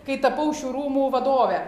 kai tapau šių rūmų vadove